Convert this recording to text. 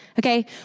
Okay